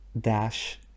dash